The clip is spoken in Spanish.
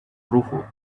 rufo